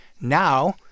now